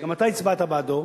גם אתה הצבעת בעדו,